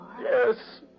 Yes